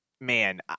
Man